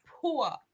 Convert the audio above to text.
poor